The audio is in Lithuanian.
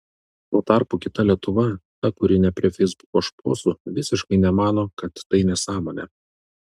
tuo tarpu kita lietuva ta kuri ne prie feisbuko šposų visiškai nemano kad tai nesąmonė